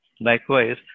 likewise